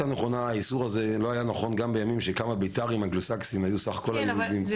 האיסור הזה לא היה נכון גם בימים --- זה לא רלוונטי.